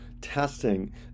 testing